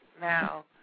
Now